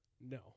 No